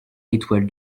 l’étoile